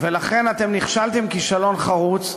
לכן, אתם נכשלתם כישלון חרוץ.